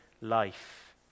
life